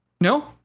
no